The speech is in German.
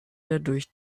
dadurch